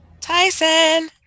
Tyson